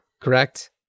correct